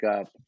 up